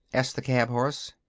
asked the cab-horse.